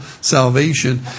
salvation